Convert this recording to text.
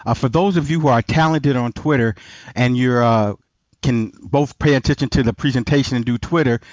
ah for those of you who are talented on twitter and you are can both pay attention to the presentation and do twitter,